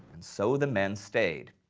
and so the men stayed.